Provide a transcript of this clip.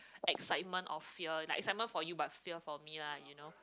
excitement of fear like excitement for you but fear for me lah you know